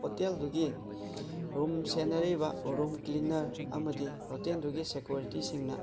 ꯍꯣꯇꯦꯜꯗꯨꯒꯤ room ꯁꯦꯟꯅꯔꯤꯕ ꯔꯨꯃ cleaner ꯑꯃꯗꯤ ꯍꯣꯇꯦꯜꯗꯨꯒꯤ ꯁꯦꯀꯨꯔꯤꯇꯤꯁꯤꯡꯅ